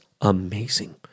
amazing